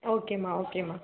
ஓகேமா ஓகேமா